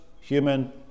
human